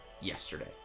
yesterday